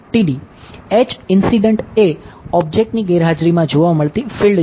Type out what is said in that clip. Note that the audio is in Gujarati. H ઇન્સીડંટ એ ઓબ્જેક્તની ગેરહાજરીમાં જોવા મળતી ફિલ્ડ છે